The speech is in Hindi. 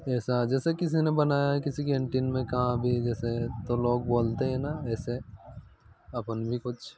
ऐसा जैसे किसी ने बनाया किसी केंटिन में कहाँ भी जैसे तो लोग बोलते हैं ना जैसे अपन भी कुछ